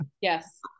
yes